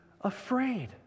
afraid